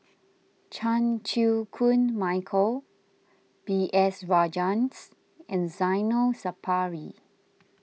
Chan Chew Koon Michael B S Rajhans and Zainal Sapari